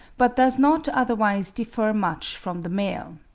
but does not otherwise differ much from the male.